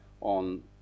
on